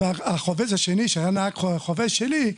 החובש השני שהיה נהג חובש שלי,